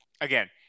again